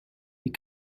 you